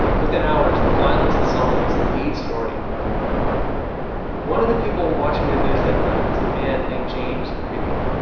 within hours, the violence in selma is the lead story on every network one of the people watching the news that night is a man named james reeb,